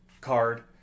card